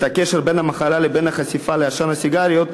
הקשר בין המחלה לבין החשיפה לעשן הסיגריות,